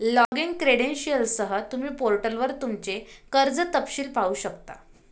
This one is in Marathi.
लॉगिन क्रेडेंशियलसह, तुम्ही पोर्टलवर तुमचे कर्ज तपशील पाहू शकता